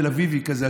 תל אביבי כזה,